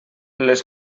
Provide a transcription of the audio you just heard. les